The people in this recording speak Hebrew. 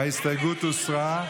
ההסתייגות הוסרה.